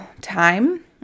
time